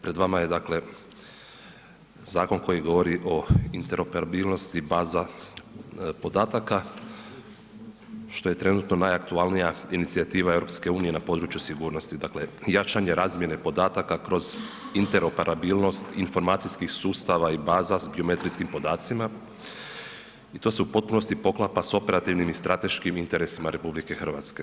Pred vama je dakle zakon koji govori o interoperabilnosti baza podataka što je trenutno najaktualnija inicijativa EU-a na području sigurnosti, dakle jačanje razmjene podataka kroz interoperabilnost informacijskih sustava i baza sa biometrijskim podacima i to se u potpunosti poklapa sa operativnim i strateškim interesima RH.